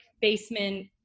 basement